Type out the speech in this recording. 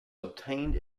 obtained